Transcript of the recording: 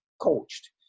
coached